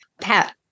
Pat